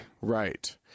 Right